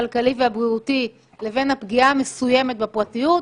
הכלכלי והבריאותי לבין הפגיעה המסוימת בפרטיות,